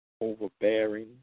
overbearing